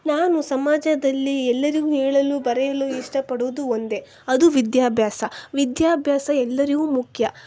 ನಾನು ಸಮಾಜದಲ್ಲಿ ಎಲ್ಲರಿಗೂ ಹೇಳಲು ಬರೆಯಲು ಇಷ್ಟಪಡುವುದು ಒಂದೇ ಅದು ವಿದ್ಯಾಭ್ಯಾಸ ವಿದ್ಯಾಭ್ಯಾಸ ಎಲ್ಲರಿಗೂ ಮುಖ್ಯ